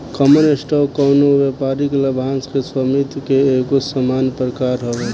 common stock कवनो व्यापारिक लाभांश के स्वामित्व के एगो सामान्य प्रकार हवे